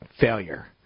failure